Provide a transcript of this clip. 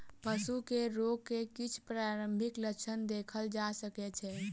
पशु में रोग के किछ प्रारंभिक लक्षण देखल जा सकै छै